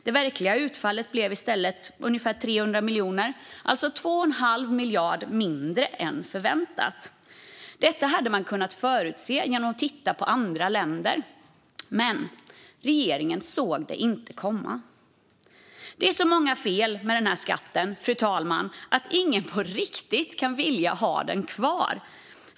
Det verkliga utfallet blev i stället ungefär 300 miljoner, alltså 2 1⁄2 miljard mindre än förväntat. Detta hade man kunnat förutse genom att titta på andra länder. Men regeringen såg det inte komma. Det är så många fel med den här skatten, fru talman, att ingen på riktigt kan vilja ha den kvar.